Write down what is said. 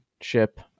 ship